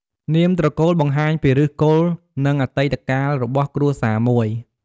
នាមត្រកូលបង្ហាញពីឫសគល់ និង អតីតកាលរបស់គ្រួសារមួយ។